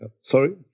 Sorry